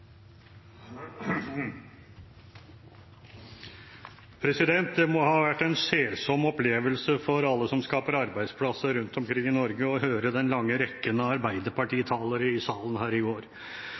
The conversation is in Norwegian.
Det må ha vært en selsom opplevelse for alle som skaper arbeidsplasser rundt omkring i Norge, å høre den lange rekken av